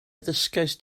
ddysgaist